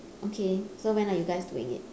okay so when are you guys doing it